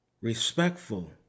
respectful